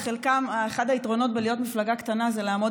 אחד היתרונות בלהיות מפלגה קטנה זה לעמוד